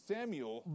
Samuel